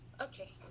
okay